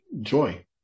joy